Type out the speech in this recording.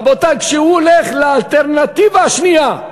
רבותי, כשהוא הולך לאלטרנטיבה השנייה,